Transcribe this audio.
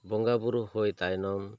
ᱵᱚᱸᱜᱟ ᱵᱳᱨᱳ ᱦᱩᱭ ᱛᱟᱭᱱᱚᱢ